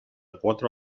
cuatro